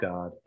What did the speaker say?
God